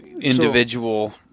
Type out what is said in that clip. individual